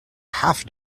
half